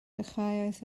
dechreuodd